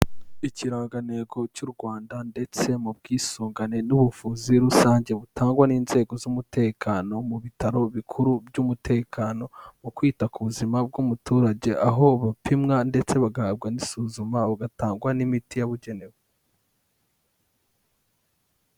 Ikirangantego cy'u Rwanda, ndetse mu bwisungane n'ubuvuzi rusange, butangwa n'inzego z'umutekano, mu bitaro bikuru by'umutekano, mu kwita ku buzima bw'umuturage, aho bupimwa, ndetse bagahabwa n'isuzuma, bugatangwa n'imiti yabugenewe.